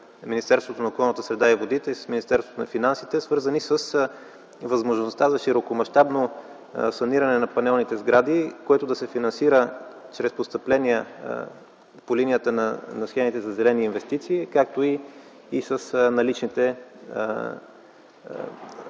Министерството на околната среда и водите, с Министерството на финансите, свързани с възможността за широкомащабно саниране на панелните сгради, което да се финансира чрез постъпления по линията на схемите за зелени инвестиции, както и с наличните структурни